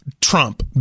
Trump